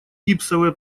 гипсовые